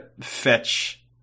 fetch